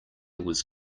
was